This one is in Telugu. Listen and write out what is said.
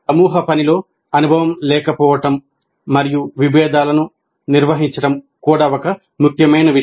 సమూహ పనిలో అనుభవం లేకపోవడం మరియు విభేదాలను నిర్వహించడం కూడా ఒక ముఖ్యమైన విషయం